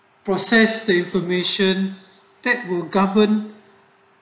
process the information that will govern